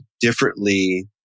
differently